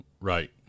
Right